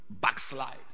backslide